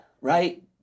Right